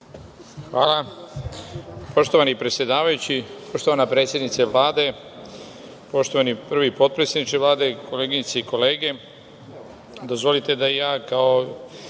Hvala. Poštovani predsedavajući, poštovana predsednice Vlade, poštovani prvi potpredsedniče Vlade, koleginice i kolege, dozvolite da i ja kao